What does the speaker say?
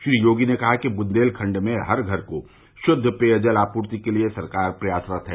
श्री योगी ने कहा कि बुन्देलखंड में हर घर को शुद्ध पेयजल आपूर्ति के लिए सरकार प्रयासत है